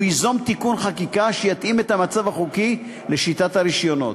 הוא ייזום תיקון חקיקה שיתאים את המצב החוקי לשיטת הרישיונות.